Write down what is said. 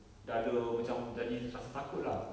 dah ada macam jadi rasa takut lah